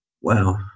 Wow